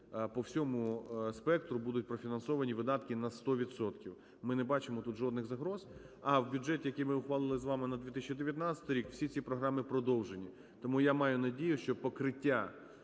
по всьому спектру, будуть профінансовані видатки на 100%. Ми не бачимо тут жодних загроз. А в бюджеті, який ми ухвалили з вами на 2019 рік, всі ці програми продовжені. Тому я маю надію, що покриття